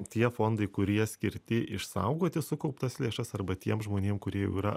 tie fondai kurie skirti išsaugoti sukauptas lėšas arba tiem žmonėm kurie jau yra